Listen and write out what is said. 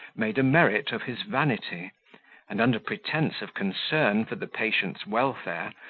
made a merit of his vanity and, under pretence of concern for the patient's welfare,